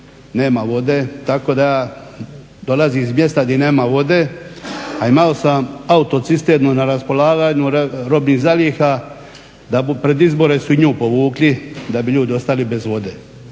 nema vode. Tako da ja dolazim iz mjesta gdje nema vode, a imao sam autocisternu na raspolaganju robnih zalih da bi pred izbore nju povukli da bi ljudi ostali bez vode.